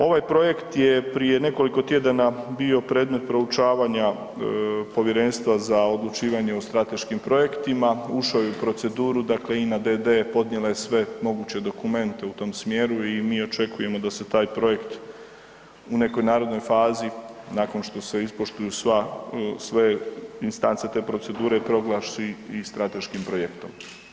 Ovaj projekt je prije nekoliko tjedana bio predmet proučavanja Povjerenstva za odlučivanje o strateškim projektima, ušao je u proceduru, dakle INA d.d. podnijela je sve moguće dokumente u tom smjeru i mi očekujemo da se taj projekt u nekoj narednoj fazi nakon što se ispoštuju sva, sve instance te procedure, proglasi i strateškim projektom.